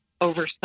over